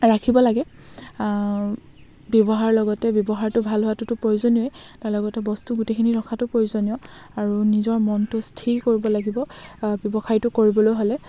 ৰাখিব লাগে ব্যৱহাৰ লগতে ব্যৱহাৰটো ভাল হোৱাটোতো প্ৰয়োজনীয়েই তাৰ লগতে বস্তু গোটেইখিনি ৰখাটো প্ৰয়োজনীয় আৰু নিজৰ মনটো স্থিৰ কৰিব লাগিব ব্যৱসায়টো কৰিবলৈ হ'লে